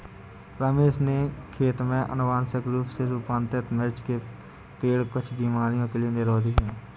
रमेश के खेत में अनुवांशिक रूप से रूपांतरित मिर्च के पेड़ कुछ बीमारियों के लिए निरोधी हैं